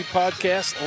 podcast